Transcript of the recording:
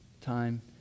time